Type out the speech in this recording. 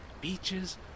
beaches